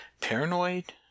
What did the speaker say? paranoid